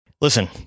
Listen